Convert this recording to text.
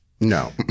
No